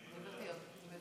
אני מוותר.